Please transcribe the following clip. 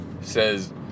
Says